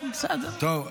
אין בעיה, טוב,